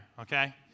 okay